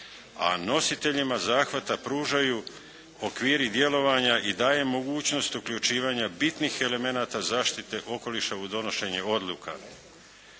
a nositeljima zahvata pružaju okviri djelovanja i daje mogućnost uključivanja bitnih elemenata zaštite okoliša u donošenju odluka.